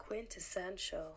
Quintessential